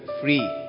free